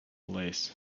lace